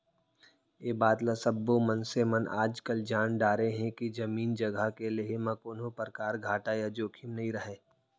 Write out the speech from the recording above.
ए बात ल सब्बो मनसे मन आजकाल जान डारे हें के जमीन जघा के लेहे म कोनों परकार घाटा या जोखिम नइ रहय